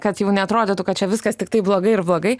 kad jau neatrodytų kad čia viskas tiktai blogai ir blogai